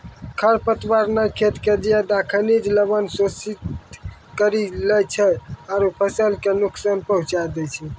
खर पतवार न खेत के ज्यादातर खनिज लवण शोषित करी लै छै आरो फसल कॅ नुकसान पहुँचाय दै छै